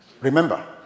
Remember